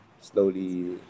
slowly